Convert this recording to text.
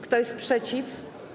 Kto jest przeciw?